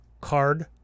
card